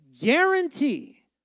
guarantee